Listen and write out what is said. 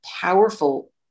powerful